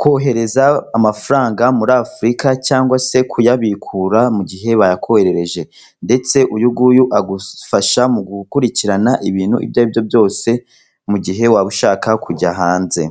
kohereza amafaranga muri afurika cyangwa se kuyabikura mu gihe bayakoherereje ndetse uyu nguyu agufasha mu gukurikirana ibintu ibyo aribyo byose mu gihe waba ushaka kujya hanze.